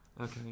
Okay